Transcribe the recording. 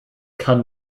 kann